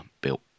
built